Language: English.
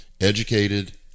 educated